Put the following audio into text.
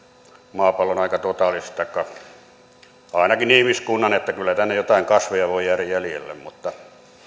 maapallon aika totaalisesti taikka ainakin ihmiskunnan kyllä tänne joitain kasveja voi jäädä jäljelle mutta